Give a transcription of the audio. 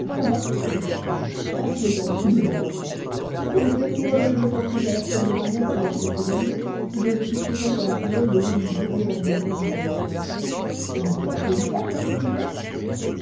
dit-il la plaisanterie est bonne ce sont les sept couronnes que je portais à la chaîne de ma montre il y a quelques années et dont je fis présent à ma filleule le jour du deuxième anniversaire de sa naissance ne vous le rappelez-vous pas cher président